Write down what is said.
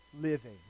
living